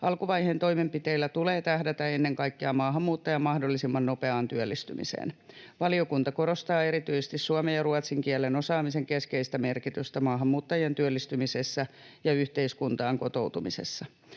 Alkuvaiheen toimenpiteillä tulee tähdätä ennen kaikkea maahanmuuttajan mahdollisimman nopeaan työllistymiseen. Valiokunta korostaa erityisesti suomen ja ruotsin kielen osaamisen keskeistä merkitystä maahanmuuttajien työllistymisessä ja yhteiskuntaan kotoutumisessa.